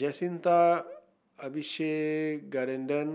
Jacintha Abisheganaden